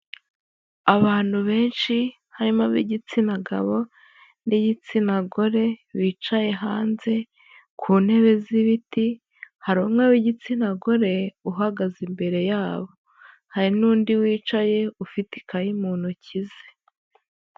Abantu benshi harimo ab'igitsina gabo n'igitsina gore, bicaye hanze ku ntebe z'ibiti, hari umwe w'igitsina gore uhagaze imbere yabo, hari n'undi wicaye ufite ikayi mu ntoki ze.